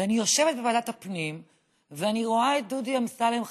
ואני יושבת בוועדת הפנים ואני רואה את דודי אמסלם,